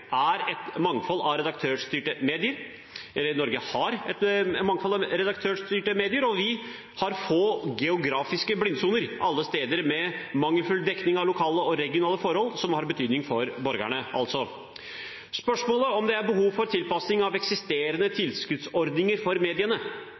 har et mangfold av redaktørstyrte medier, og vi har få geografiske blindsoner, alle steder, med mangelfull dekning av lokale og regionale forhold som har betydning for borgerne. Spørsmålet om det er behov for tilpasning av eksisterende